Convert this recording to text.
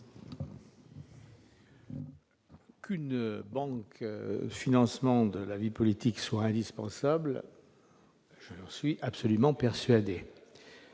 dédiée au financement de la vie politique soit indispensable, j'en suis absolument persuadé.